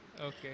Okay